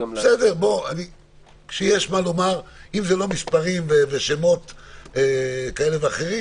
אם זה לא מספרים ושמות כאלה ואחרים